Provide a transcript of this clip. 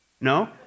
No